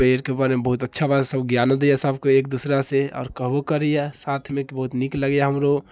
पेड़के बारेमे बहुत अच्छा बात सब ज्ञानो दैए सब केओ एकदूसरा से आओर कहबो करैए साथमे कि बहुत नीक लगैए हमरो